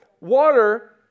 water